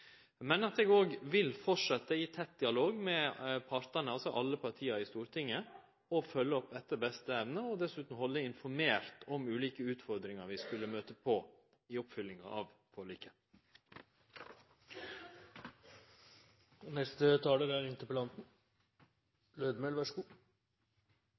eg vil òg fortsetje i tett dialog med partane, altså alle partia i Stortinget, og følgje opp etter beste evne, og dessutan halde partane informerte om ulike utfordringar vi skulle møte på i oppfyllinga av forliket.